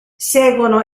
seguono